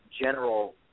general